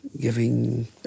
giving